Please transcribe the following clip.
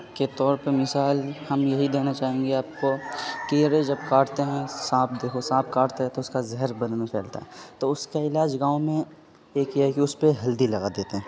کے طور پہ مثال ہم یہی دینا چاہیں گے آپ کو کیرے جب کاٹتے ہیں سانپ دیکھو سانپ کاٹتا ہے تو اس کا زہر بدن میں فیلتا ہے تو اس کا علاج گاؤں میں ایک یہ ہے کہ اس پہ ہلدی لگا دیتے ہیں